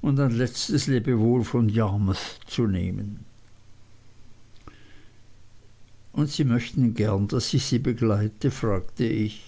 und ein letztes lebewohl von yarmouth zu nehmen und sie möchten gern daß ich sie begleitete fragte ich